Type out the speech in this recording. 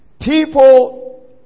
people